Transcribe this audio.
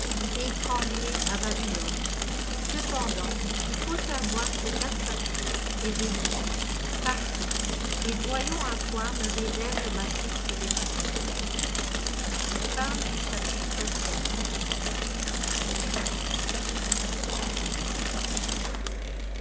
étranglé à babylone cependant il faut savoir ce qu'astarté est devenue partons et voyons à quoi me réserve ma triste destinée